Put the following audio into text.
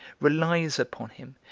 relies upon him,